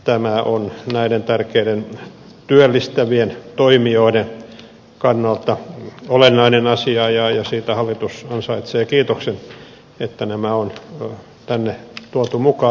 tämä on näiden tärkeiden työllistävien toimijoiden kannalta olennainen asia ja siitä hallitus ansaitsee kiitoksen että nämä on tänne tuotu mukaan